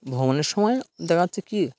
ভ্রমণের সময় দেখা যাচ্ছে কী